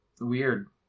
Weird